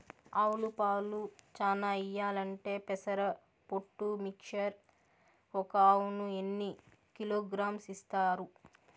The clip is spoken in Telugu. ఆవులు పాలు చానా ఇయ్యాలంటే పెసర పొట్టు మిక్చర్ ఒక ఆవుకు ఎన్ని కిలోగ్రామ్స్ ఇస్తారు?